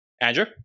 Andrew